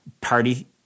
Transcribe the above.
party—